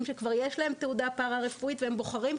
שכבר יש להם תעודה פרא-רפואית והם בוחרים,